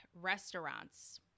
restaurants